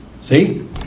See